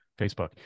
Facebook